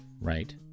right